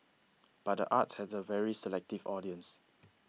but the arts has a very selective audience